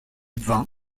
vain